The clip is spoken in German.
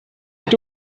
mich